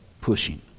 pushing